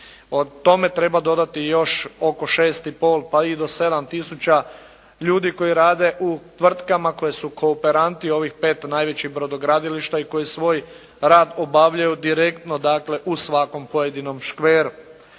Tome treba dodati još oko 6,5 pa i do 7 tisuća ljudi koji rade u tvrtkama, koji su kooperantni ovih pet najvećih brodogradilišta i koji svoj rad obavljaju direktno dakle, u svakom pojedinom škveru.